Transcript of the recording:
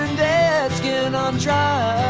dead skin on trial